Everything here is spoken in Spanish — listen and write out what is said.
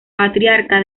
patriarca